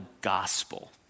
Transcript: gospel